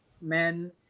men